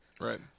right